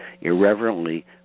irreverently